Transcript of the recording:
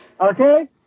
Okay